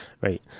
Right